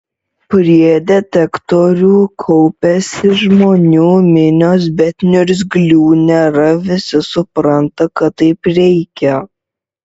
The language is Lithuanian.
prie detektorių kaupiasi žmonių minios bet niurzglių nėra visi supranta kad taip reikia